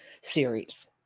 series